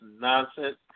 nonsense